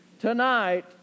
Tonight